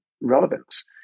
relevance